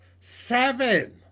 Seven